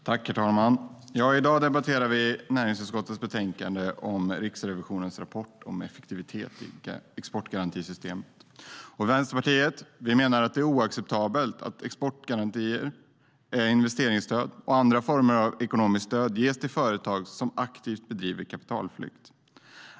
Herr talman! I dag debatterar vi näringsutskottets betänkande om Riksrevisionens rapport om effektivitet i exportgarantisystemet. Vänsterpartiet anser att det är oacceptabelt att exportkrediter, investeringsstöd och andra former av ekonomiskt stöd ges till företag som aktivt bedriver kapitalflykt.